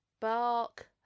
Bark